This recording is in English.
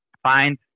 Find